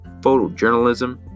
photojournalism